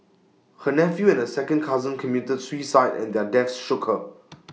her nephew and A second cousin committed suicide and their deaths shook her